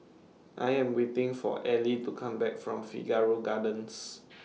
I Am waiting For Ellie to Come Back from Figaro Gardens